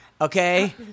Okay